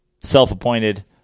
Self-appointed